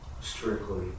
strictly